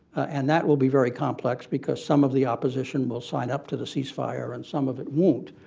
and that will be very complex because some of the opposition will sign up to the ceasefire and some of it wont,